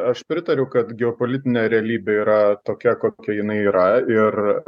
aš pritariu kad geopolitinė realybė yra tokia kokia jinai yra ir